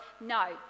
no